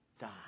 die